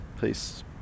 Peace